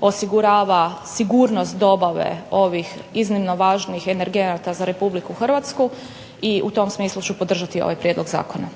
osigurava sigurnost dobave ovih iznimno važnih energenata za RH i u tom smislu ću podržati ovaj prijedlog zakona.